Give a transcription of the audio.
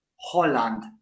Holland